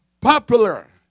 popular